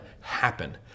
happen